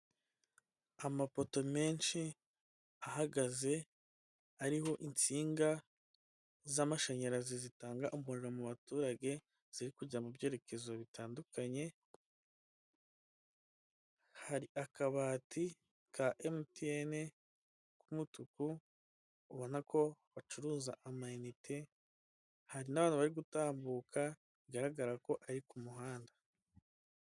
Amapoto menshi ahagaze ariho insinga z'amashanyarazi zitanga umuriro mu baturage, ziri kujya mu byerekezo bitandukanye. Hari akabati ka Mtn k'umutuku ubona ko bacuruza amayinite; hari n'abantu bari gutambuka bigaragara ko ari ku muhanda.